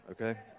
okay